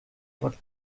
por